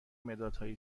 مدادهایی